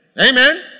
Amen